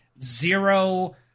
zero